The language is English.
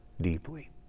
deeply